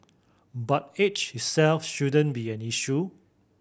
but age itself shouldn't be an issue